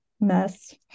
mess